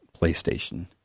PlayStation